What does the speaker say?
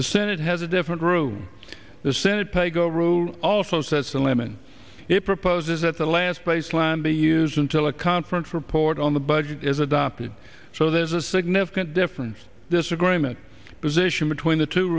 the senate has a different room the senate paygo rule also sets a limit it proposes that the last baseline be used until a conference report on the budget is adopted so there's a significant difference this agreement position between the two